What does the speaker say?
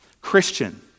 christian